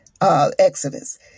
Exodus